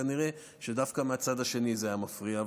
כנראה שדווקא מהצד השני זה היה מפריע.